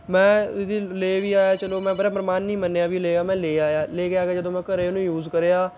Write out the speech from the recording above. ਮੈਂ ਇਹਦੀ ਲੈ ਵੀ ਆਇਆ ਚਲੋ ਮੈਂ ਪਰ ਮੇਰਾ ਮਨ ਨਹੀਂ ਮੰਨਿਆ ਵੀ ਲੈ ਆ ਮੈਂ ਲੈ ਆਇਆ ਲੈ ਕੇ ਆ ਕੇ ਜਦੋਂ ਮੈਂ ਘਰੇ ਉਹਨੂੰ ਯੂਜ਼ ਕਰਿਆ